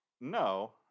No